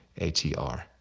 ATR